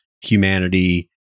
humanity